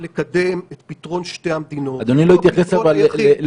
את מדברת מניסיון שהדיונים האלה לא יזיזו לממשלה.